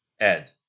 Ed